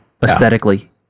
Aesthetically